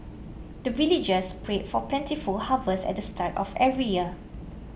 the villagers pray for plentiful harvest at the start of every year